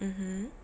mmhmm